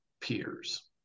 peers